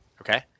Okay